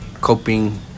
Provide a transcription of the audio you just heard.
coping